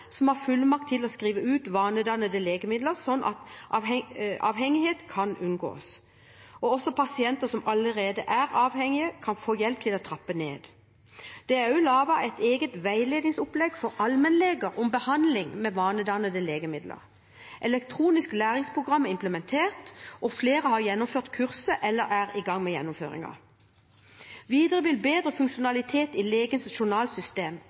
som har fullmakt til å skrive ut vanedannende legemidler, slik at avhengighet kan unngås og pasienter som allerede er avhengige, kan få hjelp til å trappe ned. Det er også laget et eget veiledningsopplegg for allmennleger om behandling med vanedannende legemidler. Et elektronisk læringsprogram er implementert, og flere har gjennomført kurset eller er i gang med gjennomføringen. Videre vil bedre funksjonalitet i